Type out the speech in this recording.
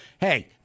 hey